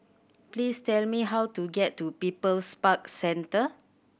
please tell me how to get to People's Park Centre